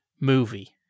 movie